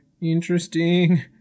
interesting